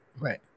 Right